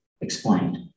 explained